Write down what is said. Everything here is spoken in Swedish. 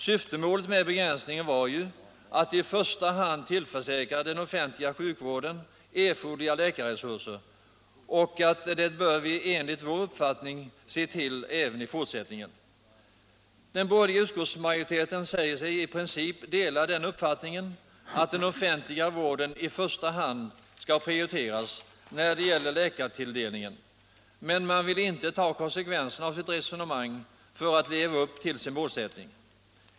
Syftet med begränsningen var ju att i första hand tillförsäkra den offentliga sjukvården erforderliga läkarresurser, och det bör riksdagen enligt vår uppfattning se till även i fortsättningen. Den borgerliga utskottsmajoriteten säger sig i princip dela uppfattningen att i första hand den offentliga vården skall prioriteras när det gäller läkartilldelningen. Men man vill inte ta konsekvenserna av sitt resonemang för att leva upp till sin målsättning.